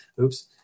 Oops